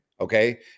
okay